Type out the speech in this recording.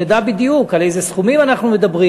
שנדע בדיוק על איזה סכומים אנחנו מדברים.